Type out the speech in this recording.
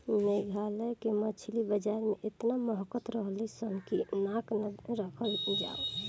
मेघालय के मछली बाजार में एतना महकत रलीसन की नाक ना राखल जाओ